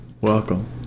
Welcome